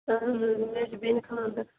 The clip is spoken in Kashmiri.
اَہَن حظ مےٚ حظ چھُ بیٚنہِ خانٛدر